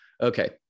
Okay